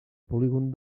polígon